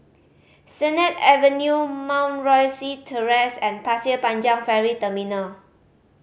Sennett Avenue Mount Rosie Terrace and Pasir Panjang Ferry Terminal